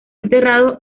enterrado